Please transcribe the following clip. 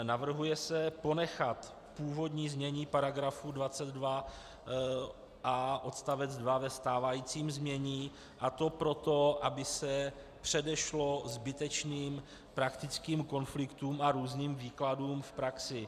Navrhuje se ponechat původní znění § 22a odst. 2 ve stávajícím znění, a to proto, aby se předešlo zbytečným praktickým konfliktům a různým výkladům v praxi.